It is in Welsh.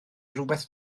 rywbeth